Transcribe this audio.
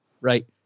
Right